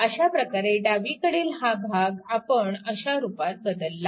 अशा प्रकारे डावीकडील हा भाग आपण अशा रूपात बदलला